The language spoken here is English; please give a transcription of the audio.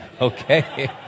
okay